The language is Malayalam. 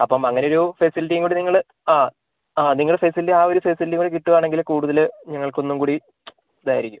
അപ്പം അങ്ങനെയൊരു ഫെസിലിറ്റിയും കൂടി നിങ്ങൾ ആ ആ നിങ്ങൾ ഫെസിലിറ്റി ആ ഒരു ഫെസിലിറ്റി കൂടി കിട്ടുകയാണെങ്കിൽ കൂടുതൽ ഞങ്ങൾക്കൊന്നും കൂടി ഇതായിരിക്കും